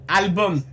album